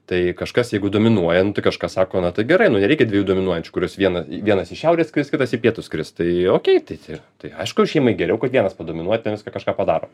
tai kažkas jeigu dominuoja nu tai kažkas sako na tai gerai nu nereikia dviejų dominuojančių kuris vienas vienas iš šiaurę skris kitas į pietus skris tai okei tai tai tai aišku šeimai geriau kad vienas padominuoja ten viską kažką padaro